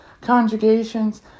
conjugations